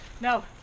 No